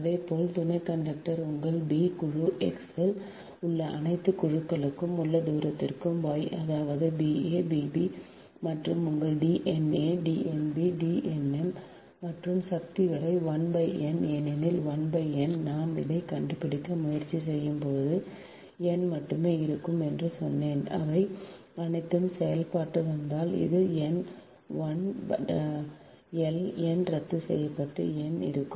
இதேபோல் துணை கண்டக்டர் உங்கள் b குழு X இல் உள்ள அனைத்து குழுக்களுக்கும் உள்ள தூரத்திற்கு Y அதாவது ba bb மற்றும் உங்கள் D na D nb D nm மற்றும் சக்தி வரை 1 n ஏனெனில் 1 n நாம் இதை கண்டுபிடிக்க முயற்சி செய்யும் போது n மட்டுமே இருக்கும் என்று சொன்னேன் இவை அனைத்தும் செயல்பாட்டுக்கு வந்தால் இது n 1 L இரத்து செய்யப்படும் ஒரு n இருக்கும்